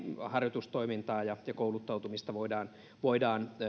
harjoitustoimintaa ja ja kouluttautumista voidaan voidaan